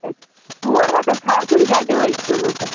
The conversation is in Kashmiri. ہے ژور ہَتھ حَظ چھِ ہر کُنہِ جایہِ دِوان یہِ کِلوٗ تہٕ